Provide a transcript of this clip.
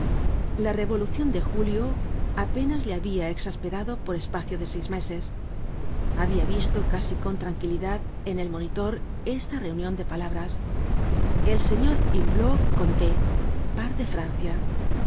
la revolucion de julio apenas le habia exasperado por espacio de seis meses habia visto casi con tranquilidad en el monitor esta reunion de palabras el señor humblot conté par de francia el